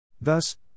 Thus